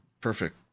Perfect